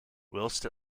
whilst